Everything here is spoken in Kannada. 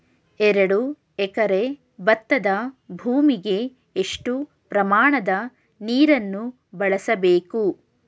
ಎರಡು ಎಕರೆ ಭತ್ತದ ಭೂಮಿಗೆ ಎಷ್ಟು ಪ್ರಮಾಣದ ನೀರನ್ನು ಬಳಸಬೇಕು?